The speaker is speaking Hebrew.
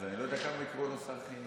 אז אני לא יודע כמה יקראו לו "שר חינוך";